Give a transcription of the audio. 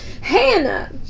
Hannah